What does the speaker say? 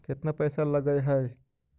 केतना पैसा लगय है?